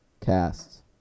casts